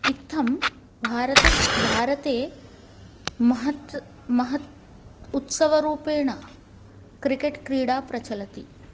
इत्थं भारते भारते महत् महत् उत्सवरूपेण क्रिकेट् क्रीडा प्रचलति